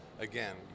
Again